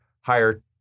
higher